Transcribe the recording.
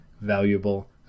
valuable